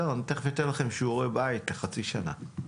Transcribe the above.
מיד אתן לכם שיעורי בית לחצי שנה.